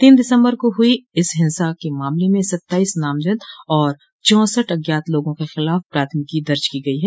तीन दिसम्बर को हुई इस हिंसा मामले में सत्ताईस नामजद और चौसठ अज्ञात लोगों के खिलाफ प्राथमिकी दर्ज की गई है